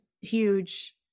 huge